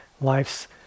life's